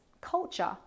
culture